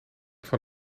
van